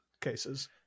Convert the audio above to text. cases